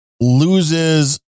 loses